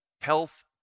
Health